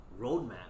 Roadmap